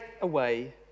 away